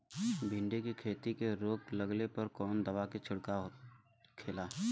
भिंडी की खेती में रोग लगने पर कौन दवा के छिड़काव खेला?